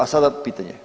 A sada pitanje.